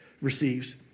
receives